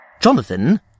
Jonathan